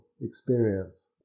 experience